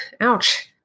Ouch